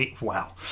Wow